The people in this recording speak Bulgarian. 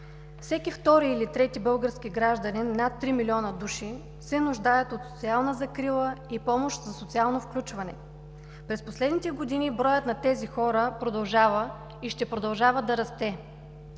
Всеки втори или трети български гражданин – над три милиона души, се нуждае от социална закрила и помощ за социално включване. През последните години броят на тези хора продължава и ще продължава да расте.